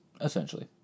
Essentially